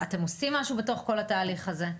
אתם עושים משהו בתוך כל התהליך הזה?